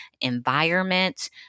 environment